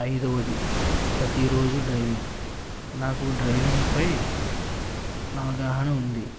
అయిదవది పతీరోజూ డ్రైవింగ్ నాకు డ్రైవింగ్ పై నవగాహన ఉంది